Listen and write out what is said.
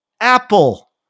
Apple